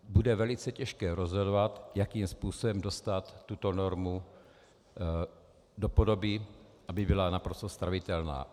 Bude velice těžké rozhodovat, jakým způsobem dostat tuto normu do podoby, aby byla naprosto stravitelná.